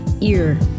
ear